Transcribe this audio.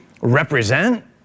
represent